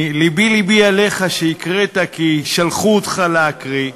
לבי-לבי עליך שהקראת כי שלחו אותך להקריא.